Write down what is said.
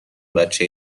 بچه